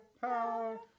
power